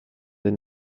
des